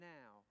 now